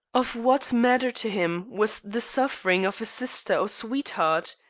of what matter to him was the suffering of a sister or sweetheart?